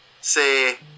say